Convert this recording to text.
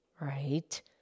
right